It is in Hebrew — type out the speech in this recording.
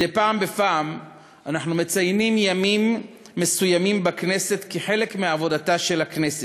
מדי פעם בפעם אנחנו מציינים ימים מסוימים בכנסת כחלק מעבודתה של הכנסת.